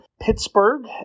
Pittsburgh